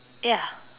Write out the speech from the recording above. ya